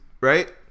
Right